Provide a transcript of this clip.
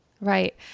Right